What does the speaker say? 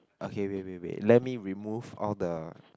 okay wait wait wait let me remove all the